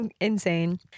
Insane